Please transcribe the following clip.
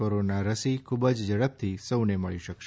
corona રસી ખૂબ જ ઝડપથી સૌને મળી શકશે